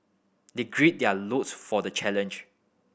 they gird their loins for the challenge